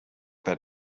that